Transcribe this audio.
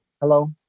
hello